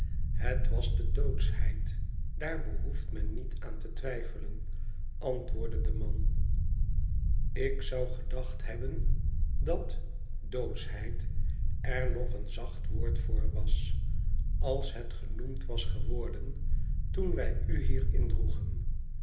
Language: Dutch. het was de doodschheid daar behoeft men niet aan te twijfelen antwoordde de man ik zou gedacht hebben dat doodschheid er nog een zacht woord voor was als het genoemd was geworden toen wij uhier indroegen